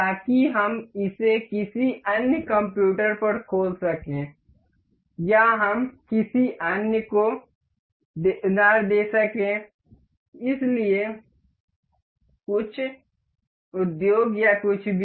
ताकि हम इसे किसी अन्य कंप्यूटर पर खेल सकें या हम इसे किसी को उधार दे सकें इसलिए कुछ उद्योग या कुछ भी